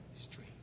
street